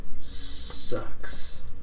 Sucks